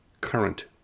current